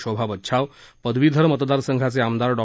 शोभा बच्छाव पदवीधर मतदार संघाचे आमदार डॉ